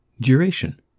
duration